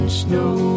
snow